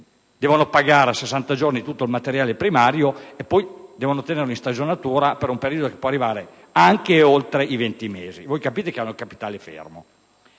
giorni; pagando a 60 giorni tutto il materiale primario che poi devono tenere in stagionatura per un periodo che può arrivare anche oltre i 20 mesi, voi capite che hanno il capitale fermo.